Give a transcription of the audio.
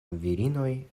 virinoj